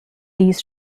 these